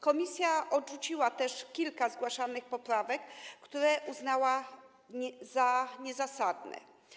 Komisja odrzuciła też kilka zgłaszanych poprawek, które uznała za niezasadne.